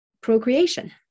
procreation